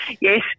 yes